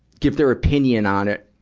give their opinion on it,